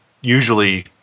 usually